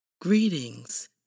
greetings